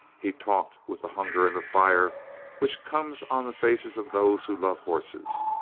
he talked with the hunger and the fire which comes on the faces of those who love horses.